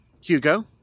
Hugo